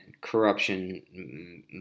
corruption